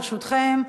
ברשותכם,